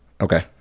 Okay